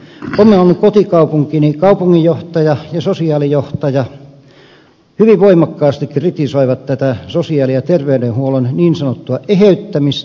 oman kotikaupunkini kaupunginjohtaja ja sosiaalijohtaja hyvin voimakkaasti kritisoivat tätä sosiaali ja terveydenhuollon niin sanottua eheyttämistä